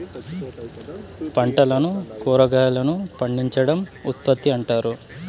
పంటలను కురాగాయలను పండించడం ఉత్పత్తి అంటారు